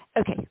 Okay